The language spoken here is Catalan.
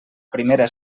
primera